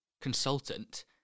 consultant